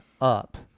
up